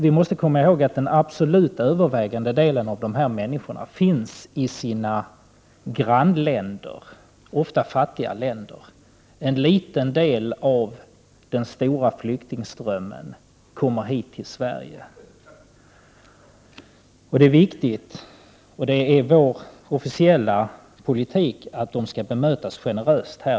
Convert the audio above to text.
Vi måste komma ihåg att den absolut övervägande delen av de här människorna finns i sina grannländer, ofta fattiga länder. En liten del av den stora flyktingströmmen kommer hit till Sverige. Det är viktigt, och det är vår officiella politik, att de skall bemötas generöst.